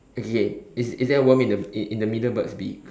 okay K is is there worm in the in in the middle bird's beak